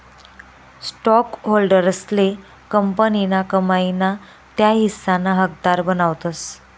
स्टॉकहोल्डर्सले कंपनीना कमाई ना त्या हिस्साना हकदार बनावतस